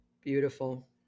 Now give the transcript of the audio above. Beautiful